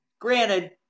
Granted